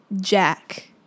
jack